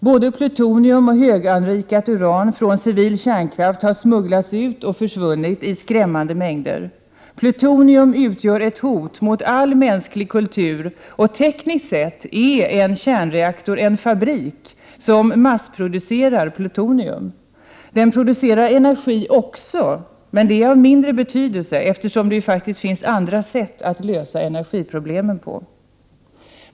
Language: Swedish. Både plutonium och höganrikat uran från civil kärnkraft har smugglats ut och försvunnit i skrämmande stora mängder. Plutonium utgör ett hot mot all mänsklig kultur, och tekniskt sett är en kärnreaktor en fabrik som massproducerar plutonium. Den producerar också energi, men det är av mindre betydelse, eftersom det ju finns andra sätt att lösa energiproblemen på.